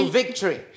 victory